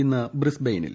ഇന്ന് ബ്രിസ്ബെയ്നിൽ